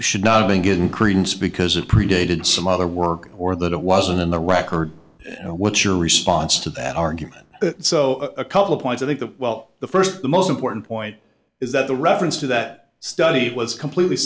should not be given credence because it predated some other work or that it wasn't in the record and what's your response to that argument so a couple of points i think of well the first the most important point is that the reference to that study was completely